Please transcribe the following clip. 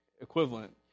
equivalent